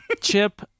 Chip